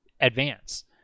advance